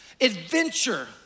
adventure